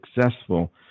successful